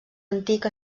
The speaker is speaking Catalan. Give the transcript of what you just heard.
antic